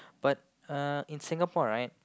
but uh in Singapore right